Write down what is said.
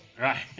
Right